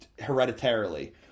hereditarily